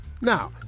now